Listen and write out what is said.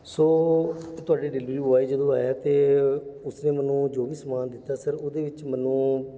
ਸੋ ਤੁਹਾਡਾ delivery boy ਜਦੋਂ ਆਇਆ ਅਤੇ ਉਸਨੇ ਮੈਨੂੰ ਜੋ ਵੀ ਸਮਾਨ ਦਿੱਤਾ ਸਰ ਉਹਦੇ ਵਿੱਚ ਮੈਨੂੰ